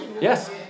Yes